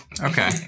Okay